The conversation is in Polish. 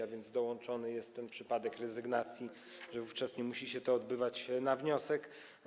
A więc dołączony jest ten przypadek rezygnacji, z tym że musi się to odbywać na wniosek.